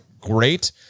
Great